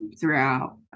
throughout